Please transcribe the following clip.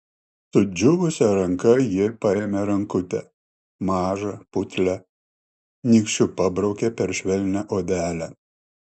sudžiūvusia ranka ji paėmė rankutę mažą putlią nykščiu pabraukė per švelnią odelę